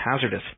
hazardous